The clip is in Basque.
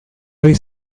hori